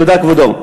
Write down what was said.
תודה, כבודו.